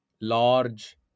large